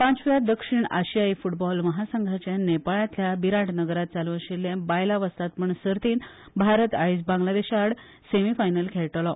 पाचव्या दक्षिण आशियाई फुटबॉल महासंघाचे नेपाळातल्या बिराटनगरात चालु आशिल्ले बायला वस्तादपण सर्तीत भारत आयज बांगलादेशा आड सेमीफायनल खेळटलो